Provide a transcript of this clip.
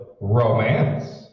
romance